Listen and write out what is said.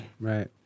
Right